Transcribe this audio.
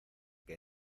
que